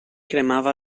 cremava